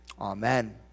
amen